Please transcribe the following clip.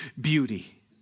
beauty